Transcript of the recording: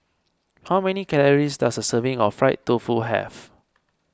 how many calories does a serving of Fried Tofu have